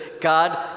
God